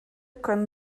können